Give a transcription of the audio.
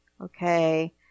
Okay